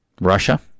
Russia